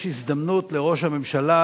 יש הזדמנות לראש הממשלה,